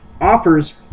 offers